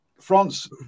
france